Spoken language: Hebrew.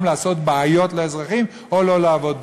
לעשות בעיות לאזרחים או לא לעבוד בכלל.